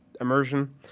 immersion